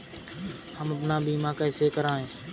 हम अपना बीमा कैसे कराए?